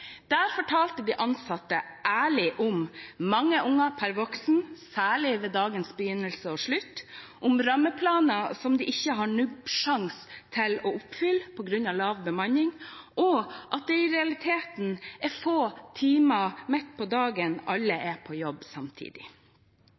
Der fortalte de ansatte ærlig om mange barn per voksen, særlig ved dagens begynnelse og slutt, om rammeplaner som de ikke har nubbesjanse til å oppfylle på grunn av lav bemanning, og at det i realiteten bare er få timer midt på dagen alle